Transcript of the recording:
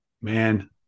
man